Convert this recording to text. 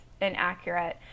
inaccurate